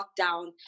lockdown